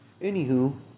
anywho